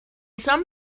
some